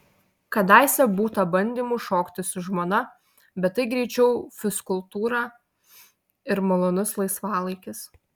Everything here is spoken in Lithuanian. kadaise būta bandymų šokti su žmona bet tai greičiau fizkultūra ir malonus laisvalaikis